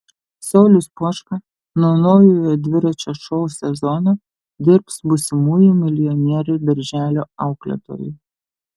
saulius poška nuo naujojo dviračio šou sezono dirbs būsimųjų milijonierių darželio auklėtoju